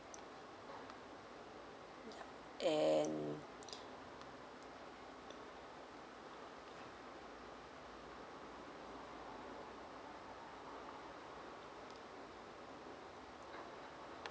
and